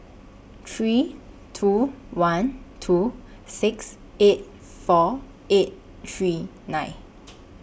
three two one two six eight four eight three nine